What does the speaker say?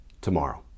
tomorrow